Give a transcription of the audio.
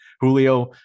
Julio